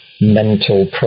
mental